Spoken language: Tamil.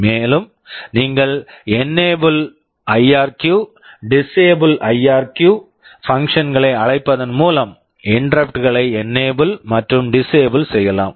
மேலும் நீங்கள் enable IRQ enable irq disable IRQ disable irq function function களை அழைப்பதன் மூலம் இன்டெரப்ட் interrupt களை என்னேபிள் enable மற்றும் டிஸ்சேபிள் disable செய்யலாம்